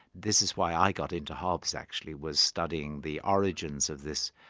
this is why i got into hobbes actually, was studying the origins of this,